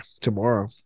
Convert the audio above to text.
tomorrow